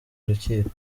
rukiko